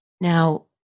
now